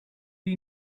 the